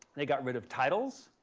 they got rid of titles.